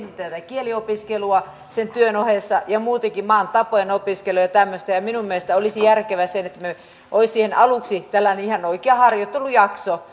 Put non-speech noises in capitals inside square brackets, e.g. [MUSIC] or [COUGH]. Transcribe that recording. ensin tätä kieliopiskelua sen työn ohessa ja muutenkin maan tapojen opiskelua ja tämmöistä minun mielestäni olisi järkevää se että olisi siihen aluksi tällainen ihan oikea harjoittelujakso [UNINTELLIGIBLE]